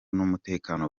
n’umutekano